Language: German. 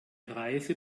reise